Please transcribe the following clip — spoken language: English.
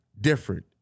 different